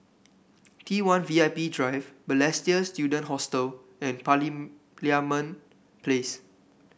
T one V I P Drive Balestier Student Hostel and Parliament Place